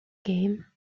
game